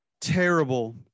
terrible